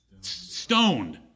Stoned